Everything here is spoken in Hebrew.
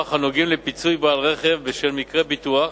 הנוגעים לפיצוי בעל רכב בשל מקרה ביטוח